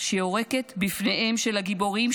שיורקת בפניהם של הגיבורים,